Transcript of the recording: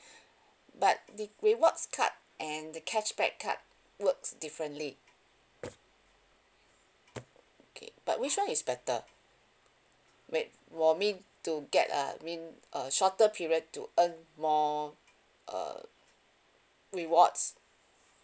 but the rewards card and the cashback card works differently okay but which one is better wait for me to get uh I mean a shorter period to earn more uh rewards